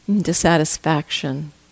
dissatisfaction